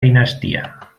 dinastía